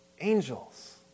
angels